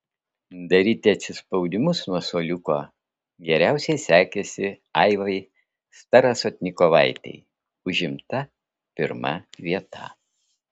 daryti atsispaudimus nuo suoliuko geriausiai sekėsi aivai starasotnikovaitei užimta pirma vieta